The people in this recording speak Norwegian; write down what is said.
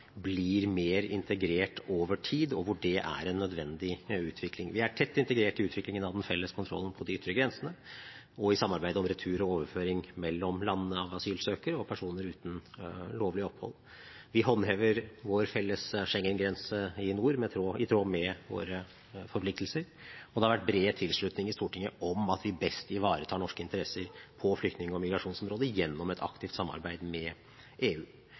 er tett integrert i utviklingen av den felles kontrollen på de ytre grensene og i samarbeid om retur og overføring mellom landene av asylsøkere og personer uten lovlig opphold. Vi håndhever vår felles Schengen-grense i nord i tråd med våre forpliktelser, og det har vært bred tilslutning i Stortinget om at vi best ivaretar norske interesser på flyktning- og migrasjonsområdet gjennom et aktivt samarbeid med EU.